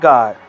God